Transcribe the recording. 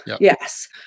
Yes